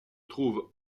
trouve